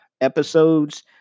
episodes